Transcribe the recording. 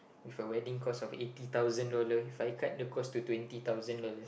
with a wedding cost of eighty thousand dollar If I cut the cost to twenty thousand dollar